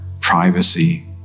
privacy